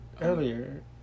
Earlier